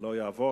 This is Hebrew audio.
לא יעבור.